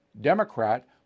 Democrat